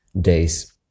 days